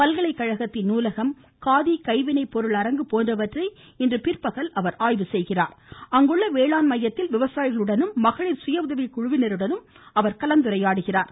பல்கலைக்கழகத்தின் நூலகம் காதி கைவினைப்பொருள் அரங்கு போன்றவற்றை இன்று பிற்பகல் ஆய்வு செய்ய உள்ள அவர் அங்குள்ள வேளாண் மையத்தில் விவசாயிகளுடனும் மகளிர் சுயஉதவிக்குழுவினருடனும் கலந்துரையாடுகிறார்